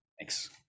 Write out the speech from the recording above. Thanks